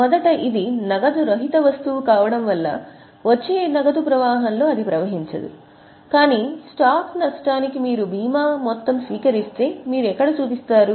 మొదట ఇది నగదు రహిత వస్తువు కావడం వల్ల వచ్చే నగదు ప్రవాహంలో అది ప్రవహించదు కానీ స్టాక్ నష్టానికి మీరు భీమా మొత్తం స్వీకరిస్తే మీరు ఎక్కడ చూపిస్తారు